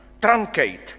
truncate